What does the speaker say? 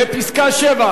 לפסקה (7),